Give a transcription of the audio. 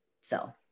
So-